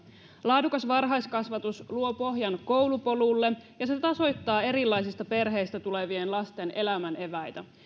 laadukas varhaiskasvatus luo pohjan koulupolulle ja se tasoittaa erilaisista perheistä tulevien lasten elämän eväitä